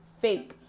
fake